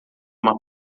uma